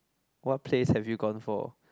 what place have you gone for